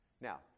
Now